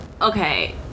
Okay